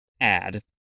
add